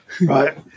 Right